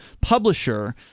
publisher